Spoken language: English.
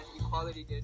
equality